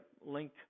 Link